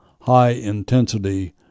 high-intensity